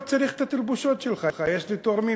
אני לא צריך את התלבושות שלך, יש לי תורמים